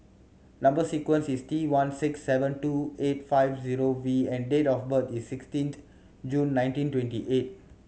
number sequence is T one six seven two eight five zero V and date of birth is sixteenth June nineteen twenty eight